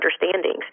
understandings